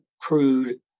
crude